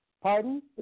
Pardon